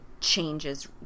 changes